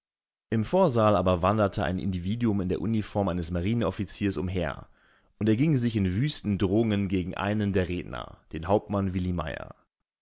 im vorsaal aber wanderte ein individuum in der uniform eines marineoffiziers umher und erging sich in wüsten drohungen gegen einen der redner den hauptmann